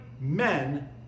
men